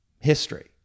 history